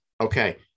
okay